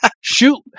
shoot